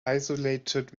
isolated